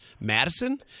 Madison